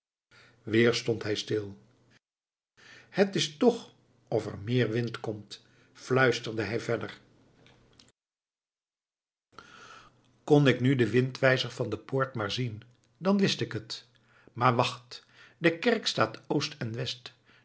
weer stond hij stil het is toch of er meer wind komt fluisterde hij verder kon ik nu den windwijzer van de poort maar zien dan wist ik het maar wacht de kerk staat oost en west